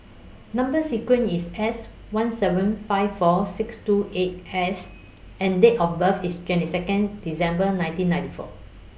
Number sequence IS S one seven five four six two eight S and Date of birth IS twenty Second December nineteen ninety four